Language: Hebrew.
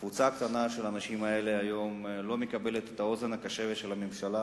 הקבוצה הקטנה של האנשים האלה לא מקבלת היום את האוזן הקשבת של הממשלה,